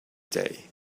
day